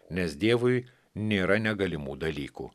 nes dievui nėra negalimų dalykų